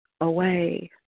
away